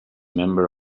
member